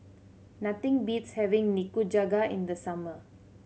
nothing beats having Nikujaga in the summer